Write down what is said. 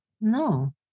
No